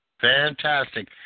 fantastic